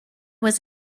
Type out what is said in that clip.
was